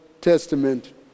Testament